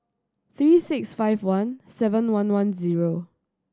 three six five one seven one one zero